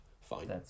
fine